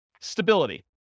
Stability